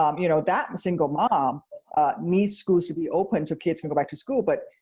um you know, that and single mom needs schools to be open so kids can go back to school, but,